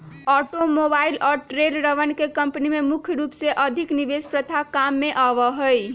automobile और ट्रेलरवन के कम्पनी में मुख्य रूप से अधिक निवेश प्रथा काम में आवा हई